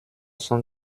cent